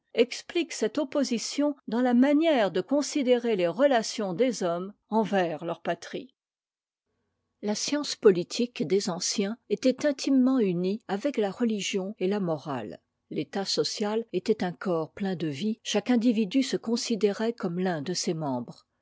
explique cette opposition dans la manière de considérer les relations des hommes envers leur patrie la science politique des anciens était intimement unie avec la retigion et la morale t'état social était un corps plein de vie chaque individu se considérait comme l'un de ses membres